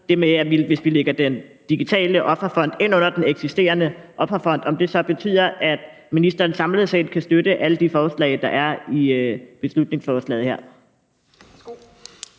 om det, hvis vi lægger den digitale offerfond ind under den eksisterende offerfond, så betyder, at ministeren samlet set kan støtte alle de forslag, der er i beslutningsforslaget her.